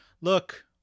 Look